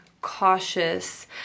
cautious